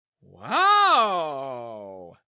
Wow